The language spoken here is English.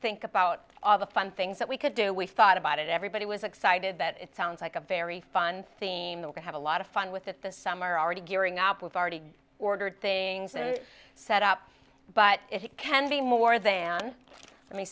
think about all the fun things that we could do we thought about it everybody was excited that it sounds like a very fun theme to have a lot of fun with it this summer already gearing up with already ordered things set up but it can be more than let me